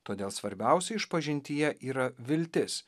todėl svarbiausia išpažintyje yra viltis